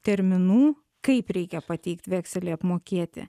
terminų kaip reikia pateikt vekselį apmokėti